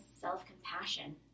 self-compassion